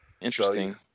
Interesting